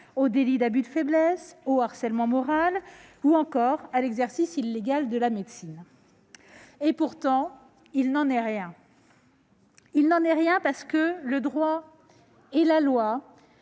au délit d'abus de faiblesse, au harcèlement moral ou encore à l'exercice illégal de la médecine. Pourtant, il n'en est rien, parce que le droit et la loi